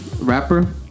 Rapper